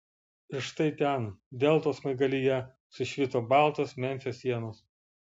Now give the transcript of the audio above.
ir štai ten deltos smaigalyje sušvito baltos memfio sienos